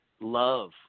love